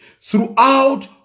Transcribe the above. Throughout